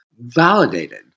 validated